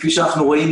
כפי שאנחנו רואים,